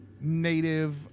native